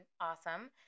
awesome